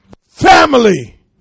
family